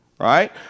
right